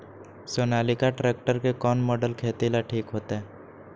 Sonalika tractor के कौन model खेती ला ठीक होतै?